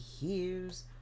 hears